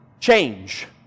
change